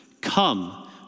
Come